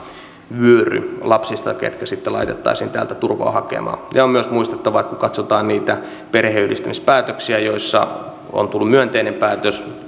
vyöry lapsista ketkä sitten laitettaisiin täältä turvaa hakemaan on myös muistettava että kun katsotaan niitä perheenyhdistämispäätöksiä joissa on tullut myönteinen päätös